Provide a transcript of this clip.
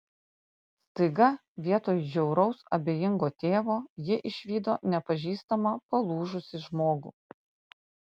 staiga vietoj žiauraus abejingo tėvo ji išvydo nepažįstamą palūžusį žmogų